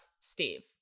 Steve